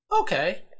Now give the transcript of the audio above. Okay